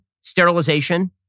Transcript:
sterilization